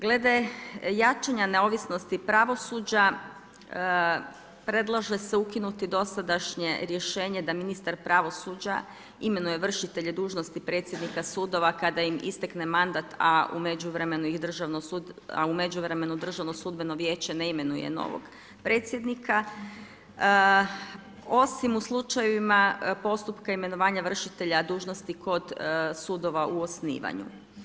Glede jačanja neovisnosti pravosuđa predlaže se ukinuti dosadašnje rješenje da ministar pravosuđa imenuje vršitelje dužnosti predsjednika sudova kada im istekne mandat, a u međuvremenu državno sudbeno vijeće ne imenuje novog predsjednika, osim u slučajevima postupka imenovanja vršitelja dužnosti kod sudova u osnivanju.